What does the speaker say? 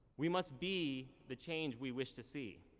we must be the change we wish to see.